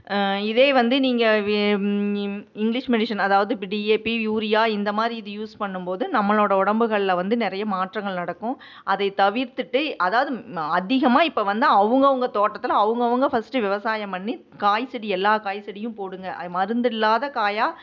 இதே வந்து நீங்கள் இங்கிலீஷ் மெடிஷன் அதாவது இப்போ டி எ பி யூரியா இந்தமாதிரி இது யூஸ் பண்ணும்போது நம்மளோட உடம்புகள்ல வந்து நிறைய மாற்றங்கள் நடக்கும் அதை தவிர்த்துவிட்டு அதாவது அதிகமாக இப்போ வந்து அவங்கவுங்க தோட்டத்தில் அவங்கவுங்க ஃபஸ்ட்டு விவசாயம் பண்ணி காய் செடி எல்லா காய் செடியும் போடுங்கள் அது மருந்து இல்லாத காயாக